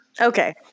okay